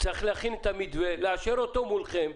צריך להכין את המתווה ולאשר אותו מולכם.